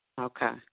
Okay